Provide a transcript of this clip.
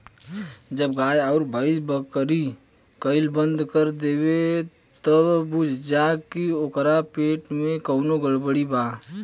जब गाय अउर भइस कउरी कईल बंद कर देवे त बुझ जा की ओकरा पेट में कवनो गड़बड़ी बा